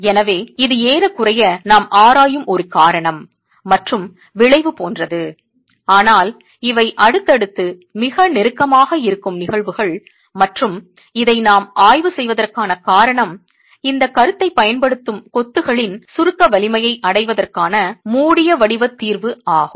எனவே இது ஏறக்குறைய நாம் ஆராயும் ஒரு காரணம் மற்றும் விளைவு போன்றது ஆனால் இவை அடுத்தடுத்து மிக நெருக்கமாக இருக்கும் நிகழ்வுகள் மற்றும் இதை நாம் ஆய்வு செய்வதற்கான காரணம் இந்த கருத்தைப் பயன்படுத்தும் கொத்துகளின் சுருக்க வலிமையை அடைவதற்கான மூடிய வடிவ தீர்வு ஆகும்